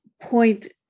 point